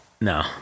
No